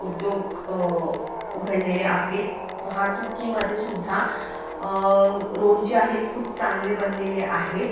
उद्योग उघडलेले आहेत वाहतुकीमध्ये सुद्धा रोड जे आहेत खूप चांगले बनलेले आहेत